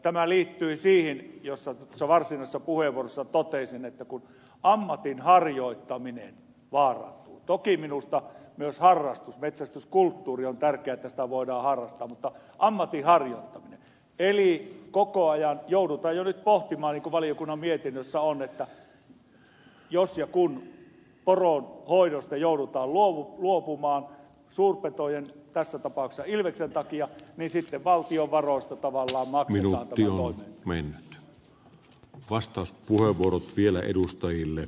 tämä liittyi siihen minkä varsinaisessa puheenvuorossani totesin että ammatin harjoittaminen vaarantuu toki minusta on tärkeää että myös metsästyskulttuuria voidaan harrastaa eli koko ajan joudutaan jo nyt pohtimaan niin kuin valiokunnan mietinnössä on todettu että jos ja kun poronhoidosta joudutaan luopumaan suurpetojen tässä tapauksessa ilveksen takia niin sitten valtion varoista tavallaan maksetaan tätä toimintaa